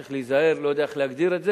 צריך להיזהר,